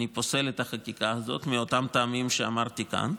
אני פוסל את החקיקה הזאת מאותם טעמים שאמרתי כאן,